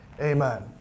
Amen